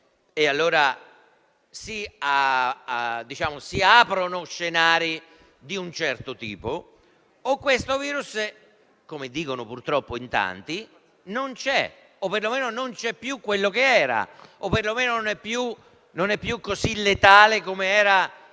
e allora si aprono scenari di un certo tipo, oppure questo virus, come dicono purtroppo in tanti, non c'è o perlomeno non c'è più come era o perlomeno non è più così letale come era all'inizio,